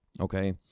okay